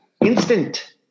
instant